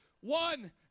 One